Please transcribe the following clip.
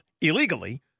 illegally